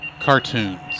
Cartoons